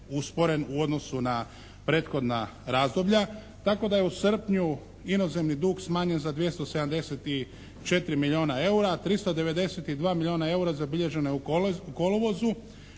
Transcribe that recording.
usporen u odnosu na prethodna razdoblja tako da je u srpnju inozemni dug smanjen za 274 milijuna EUR-a. 392 milijuna EUR-a zabilježeno je u kolovozu,